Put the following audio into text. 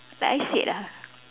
like I said ah